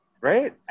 right